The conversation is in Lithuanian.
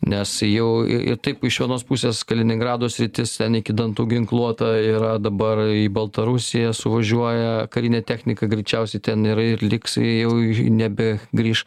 nes jau ir taip iš vienos pusės kaliningrado sritis ten iki dantų ginkluota yra dabar į baltarusiją suvažiuoja karinė technika greičiausiai ten ir ir liks jau nebe grįš